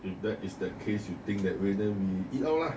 if that is the case you think that way then we eat out lah